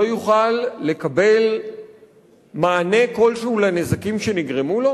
לא יוכל לקבל מענה כלשהו לנזקים שנגרמו לו?